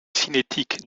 cinétique